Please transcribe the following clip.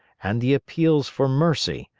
and the appeals for mercy,